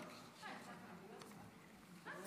לא נהוג.